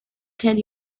tell